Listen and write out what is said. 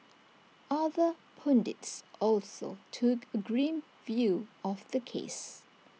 other pundits also took A grim view of the case